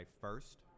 first